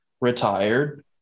retired